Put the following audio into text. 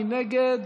מי נגד?